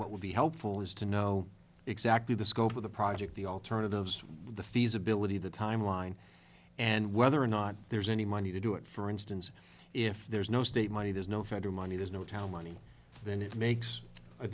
what would be helpful is to know exactly the scope of the project the alternatives the feasibility the timeline and whether or not there's any money to do it for instance if there's no state money there's no federal money there's no towel money then it makes a